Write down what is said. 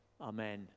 Amen